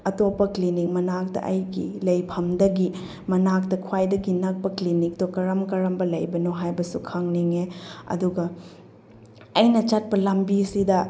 ꯑꯇꯣꯞꯄ ꯀ꯭ꯂꯤꯅꯤꯛ ꯃꯅꯥꯛꯇ ꯑꯩꯒꯤ ꯂꯩꯐꯝꯗꯒꯤ ꯃꯅꯥꯛꯇ ꯈ꯭ꯋꯥꯏꯗꯒꯤ ꯅꯛꯄ ꯀ꯭ꯂꯤꯅꯤꯛꯇꯣ ꯀꯔꯝ ꯀꯔꯝꯕ ꯂꯩꯕꯅꯣ ꯍꯥꯏꯕꯁꯨ ꯈꯪꯅꯤꯡꯉꯦ ꯑꯗꯨꯒ ꯑꯩꯅ ꯆꯠꯄ ꯂꯝꯕꯤꯁꯤꯗ